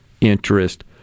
interest